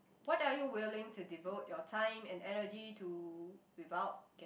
what are you willing to devote your time and energy to without get